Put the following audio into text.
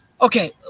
Okay